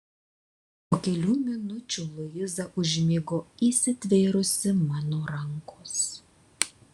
po kelių minučių luiza užmigo įsitvėrusi mano rankos